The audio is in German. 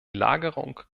lagerung